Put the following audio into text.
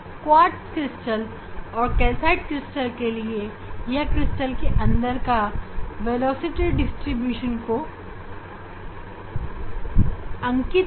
तो इस तरह से हमने कैल्साइट और क्वार्ट्ज क्रिस्टल के लिए वेलोसिटी डिस्ट्रीब्यूशन को अंकित किया